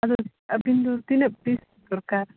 ᱟᱫᱚ ᱟᱹᱵᱤᱱ ᱫᱚ ᱛᱤᱱᱟᱹᱜ ᱯᱤᱥ ᱫᱚᱨᱠᱟᱨ